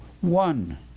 one